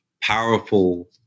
powerful